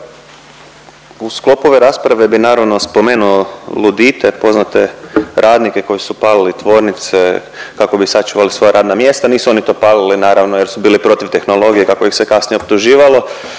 u sklopu ove rasprave bi naravno spomenuo Ludite poznate radnike koji su palili tvornice kako bi sačuvali svoja radna mjesta, nisu oni to palili naravno jer su bili protiv tehnologije kako ih se kasnije optuživalo